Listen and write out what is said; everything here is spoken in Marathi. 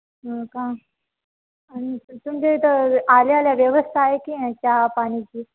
हो का आणि तुमच्या इथं आल्या आल्या व्यवस्था आहे की नाही चहापाण्याची